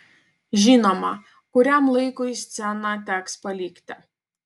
žinoma kuriam laikui sceną teks palikti